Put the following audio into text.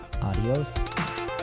adios